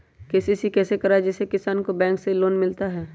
KCC कैसे कराये जिसमे किसान को बैंक से लोन मिलता है?